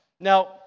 Now